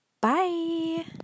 Bye